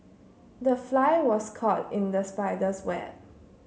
the fly was caught in the spider's web